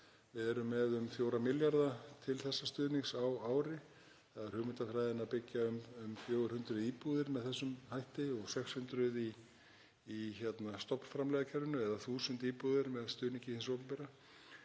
Við erum með um 4 milljarða á ári til þessa stuðnings. Það er hugmyndafræðin að byggja um 400 íbúðir með þessum hætti og 600 í stofnframlagakerfinu eða 1.000 íbúðir með stuðningi hins opinbera.